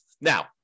Now